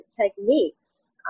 techniques